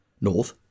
North